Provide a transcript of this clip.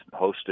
hosted